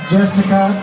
Jessica